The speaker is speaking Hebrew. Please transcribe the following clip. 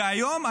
והיום,